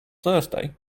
thursday